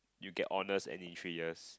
you get honours and in three years